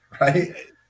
Right